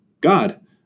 God